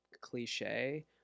cliche